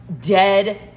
dead